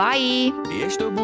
Bye